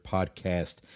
Podcast